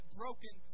broken